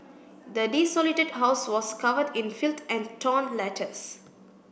the desolated house was covered in filth and torn letters